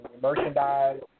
merchandise